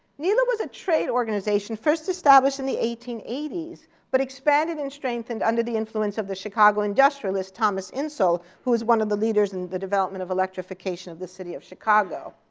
nela was a trade organization first established in the eighteen eighty s but expanded and strengthened under the influence of the chicago industrialist thomas insull, who was one of the leaders in the development of electrification of the city of chicago.